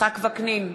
יצחק וקנין,